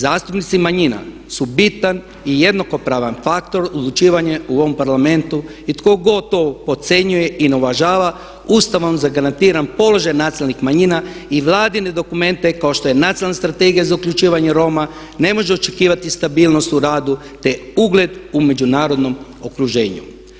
Zastupnici manjina su bitan i jednakopravan faktor odlučivanje u ovom Parlamentu i tko god to podcjenjuje i ne uvažava Ustavom zagarantiran položaj nacionalnih manjina i vladine dokumente kao što je Nacionalna strategija za uključivanje Roma ne može očekivati stabilnost u radu, te ugled u međunarodnom okruženju.